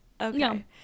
okay